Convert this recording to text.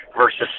versus